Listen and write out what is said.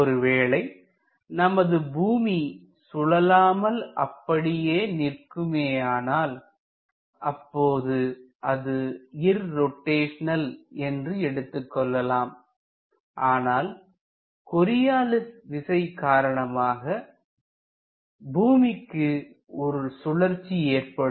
ஒருவேளை நமது பூமி சுழலாமல் அப்படியே நிற்குமேயானால் அப்போது அது இர்ரோட்டைஷனல் என்று எடுத்துக்கொள்ளலாம் ஆனால் கொரியாலிஸ் விசை காரணமாக பூமிக்கு ஒரு சுழற்சி ஏற்படும்